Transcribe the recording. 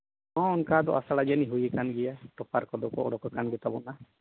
ᱦᱚᱸ ᱚᱱᱠᱟ ᱫᱚ ᱟᱥᱲᱟ ᱡᱟᱹᱱᱤ ᱦᱩᱭᱟᱠᱟᱱ ᱜᱮᱭᱟ ᱴᱚᱯᱟᱨ ᱠᱚᱫᱚ ᱠᱚ ᱚᱰᱚᱠᱟᱠᱟᱱ ᱜᱮ ᱛᱟᱵᱚᱱᱟ